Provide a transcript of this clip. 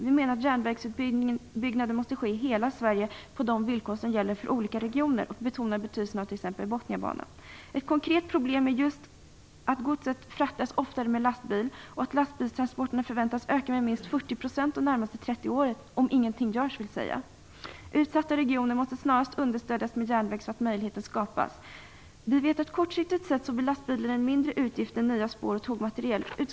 Vi menar att järnvägsutbyggnaden måste ske i hela Sverige på de villkor som gäller för olika regioner. Vi betonar t.ex. betydelsen av Botniabanan. Ett konkret problem är just att godset oftare fraktas med lastbil och att lastbilstransporterna förväntas öka med minst 40 % de närmaste 30 åren - om ingenting görs vill säga. Utsatta regioner måste snarast understödjas med järnväg så att möjligheter skapas. Vi vet att lastbilen blir en mindre utgift än nya spår och tågmateriel kortsiktigt sett.